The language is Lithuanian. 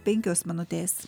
penkios minutės